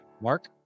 mark